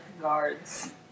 guards